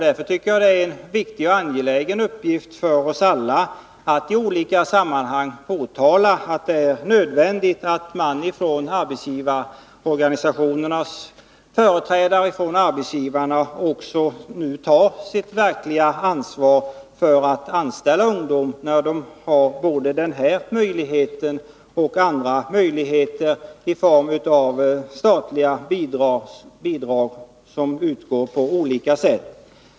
Därför tycker jag att det är en viktig och angelägen uppgift för oss alla att i olika sammanhang framhålla att det är nödvändigt att arbetsgivarna tar sitt verkliga ansvar för att anställa ungdomar, när de nu har både den här möjligheten och andra möjligheter i form av statliga bidrag som utgår på olika sätt.